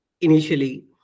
initially